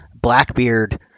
Blackbeard